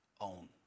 own